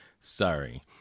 Sorry